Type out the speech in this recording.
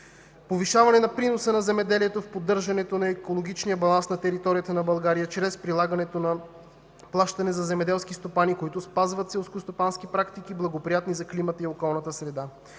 Повишаване на приноса на земеделието в поддържането на екологичния баланс на територията на България чрез прилагането на плащане за земеделски стопани, които спазват селскостопански практики, благоприятни за климата и околната среда.